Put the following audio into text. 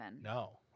No